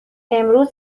امروز